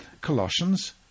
Colossians